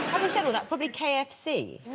said all that, probably kfc.